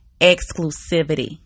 exclusivity